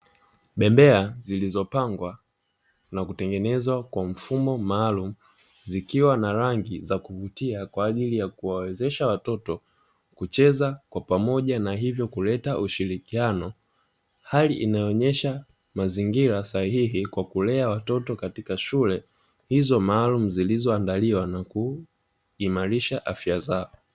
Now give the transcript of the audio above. Bembea zilizopangwa na kutengenezwa kwa mfumo maalumu, zikiwa na rangi za kuvutia kwa ajili yakuwawezesha watoto kucheza kwa pamoja na hivyo kuleta ushirikiano. Hali inayoonyesha mazingira sahihi kwa kulea watoto katika shule hizo maalumu zilizoandaliwa na kuimarisha afya zao.